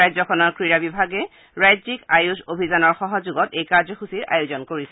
ৰাজ্যখনৰ ক্ৰীড়া বিভাগে ৰাজ্যিক আয়ুস অভিযানৰ সহযোগত এই কাৰ্যসূচীৰ আয়োজন কৰিছে